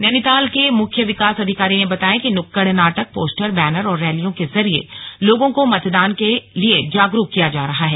नैनीताल के मुख्य विकास अधिकारी ने बताया कि नुक्कड़ नाटक पोस्टर बैनर और रैलियों के जरिये लोगों को मतदान के लिए जागरुक किया जा रहा है